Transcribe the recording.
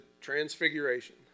Transfiguration